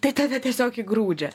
tai tave tiesiog įgrūdžia